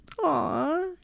Aw